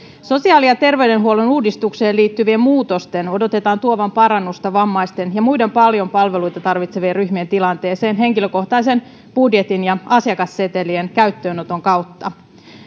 sosiaali ja terveydenhuollon uudistukseen liittyvien muutosten odotetaan tuovan parannusta vammaisten ja muiden paljon palveluita tarvitsevien ryhmien tilanteeseen henkilökohtaisen budjetin ja asiakassetelien käyttöönoton kautta